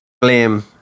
blame